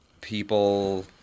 People